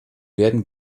werden